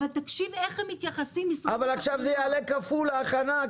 תקשיב איך הם מתייחסים במשרד התחבורה --- אבל עכשיו תעלה כפול ההכנה,